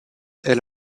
elle